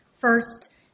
First